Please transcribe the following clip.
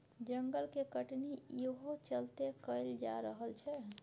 जंगल के कटनी इहो चलते कएल जा रहल छै